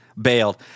Bailed